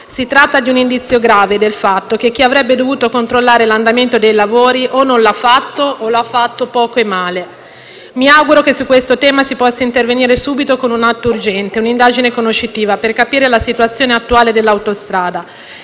Si tratta di un indizio grave del fatto che chi avrebbe dovuto controllare l'andamento dei lavori o non lo ha fatto o lo ha fatto poco e male. Mi auguro che su questo tema si possa intervenire subito con un atto urgente o un'indagine conoscitiva per capire la situazione attuale dell'autostrada.